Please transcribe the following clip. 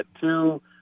two